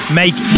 make